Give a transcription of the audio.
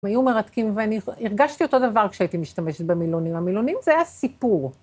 היו מרתקים, והרגשתי אותו דבר כשהייתי משתמשת במילונים המילונים, זה היה סיפור.